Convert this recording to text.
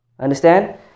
Understand